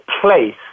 place